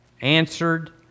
answered